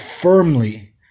firmly